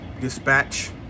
dispatch